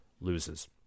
loses